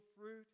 fruit